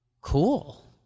Cool